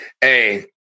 Hey